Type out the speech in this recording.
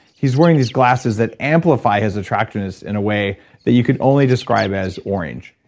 he's wearing these glasses that amplify his attractiveness in a way that you could only describe as orange.